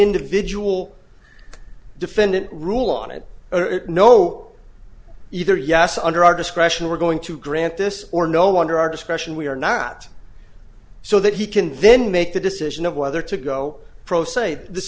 individual defendant rule on it or it know either yes under our discretion we're going to grant this or no under our discretion we are not so that he can then make the decision of whether to go pro se th